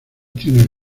tiene